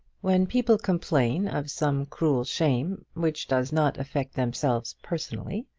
when people complain of some cruel shame, which does not affect themselves personally,